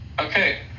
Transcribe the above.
Okay